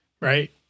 Right